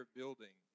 building